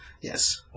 Yes